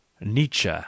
Nietzsche